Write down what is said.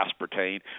aspartame